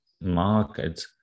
market